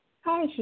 Hi